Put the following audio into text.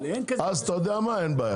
אז אין בעיה,